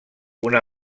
una